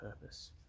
purpose